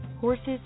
Horses